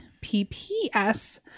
P-P-S